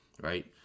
right